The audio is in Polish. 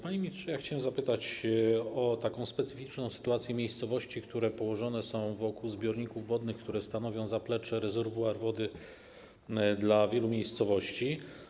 Panie ministrze, chciałbym zapytać o specyficzną sytuację miejscowości, które położone są wokół zbiorników wodnych, które stanowią zaplecze, rezerwuar wody dla wielu miejscowości.